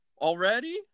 already